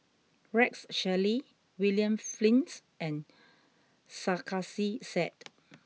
Rex Shelley William Flint and Sarkasi Said